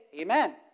amen